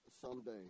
someday